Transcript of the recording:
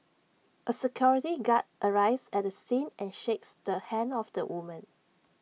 A security guard arrives at the scene and shakes the hand of the woman